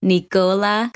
Nicola